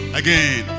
again